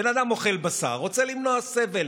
בן אדם אוכל בשר, רוצה למנוע סבל,